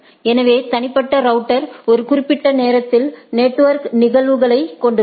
எனவே தனிப்பட்ட ரவுட்டர் ஒரு குறிப்பிட்ட நேரத்தில் நெட்வொர்க் நிகழ்வுகளைக் கொண்டுள்ளது